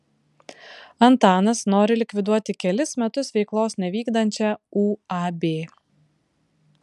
antanas nori likviduoti kelis metus veiklos nevykdančią uab